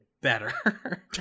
better